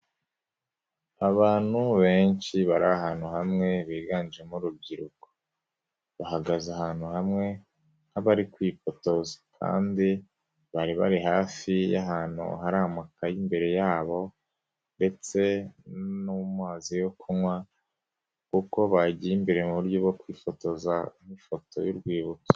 Abantu benshi bari ahantu hamwe biganjemo urubyiruko, bahagaze ahantu hamwe nk'abari kwifotoza kandi bari bari hafi y'ahantu hari amukaye imbere yabo ndetse n'amazi yo kunywa ubwo bagiye imbere mu buryo bwo kwifotoza nk'ifoto y'urwibutso.